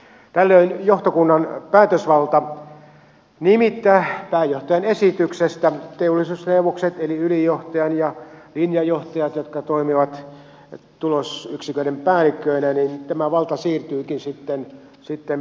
tällöin johtokunnan päätösvalta nimittää pääjohtajan esityksestä teollisuusneuvokset eli ylijohtajan ja linjajohtajat jotka toimivat tulosyksiköiden päällikköinä siirtyykin sitten pääjohtajalle